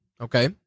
Okay